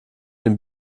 den